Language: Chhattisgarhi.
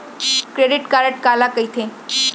क्रेडिट कारड काला कहिथे?